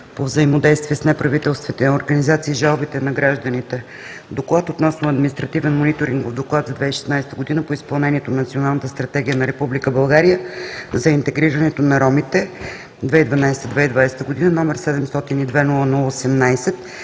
по взаимодействие с неправителствените организации и жалбите на гражданите. „ДОКЛАД относно Административен мониторингов доклад за 2016 г. по изпълнението на Националната стратегия на Република България за интегрирането на ромите (2012 – 2020), № 702-00-18,